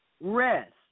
Rest